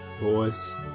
Boys